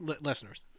Listeners